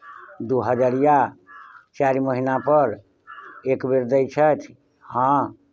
दू हजरिया चारि महीनापर एक बेर दैत छथि हँ